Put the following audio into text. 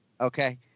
Okay